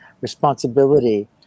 responsibility